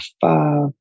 five